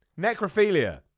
Necrophilia